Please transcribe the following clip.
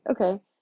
okay